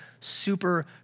super